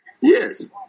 Yes